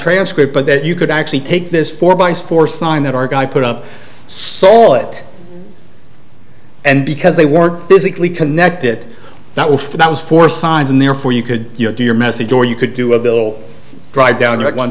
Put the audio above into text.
transcript but that you could actually take this four by four sign that our guy put up sol it and because they weren't physically connected that was for that was for signs and therefore you could do your message or you could do a bill drive down